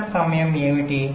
setup సమయం ఏమిటి